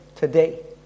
Today